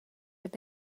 have